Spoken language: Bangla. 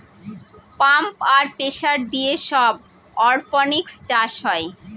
পাম্প আর প্রেসার দিয়ে সব অরপনিক্স চাষ হয়